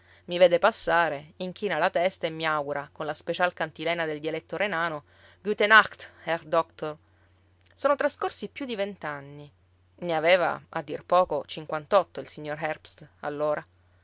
i vede passare inchina la testa e mi augura con la special cantilena del dialetto renano gute nacht herr doktor sono trascorsi più di vent'anni ne aveva a dir poco cinquantotto il signor herbst allora